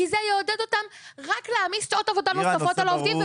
כי זה יעודד אותם רק להעמיס שעות עבודה נוספות על העובדים,